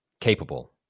capable